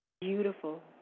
Beautiful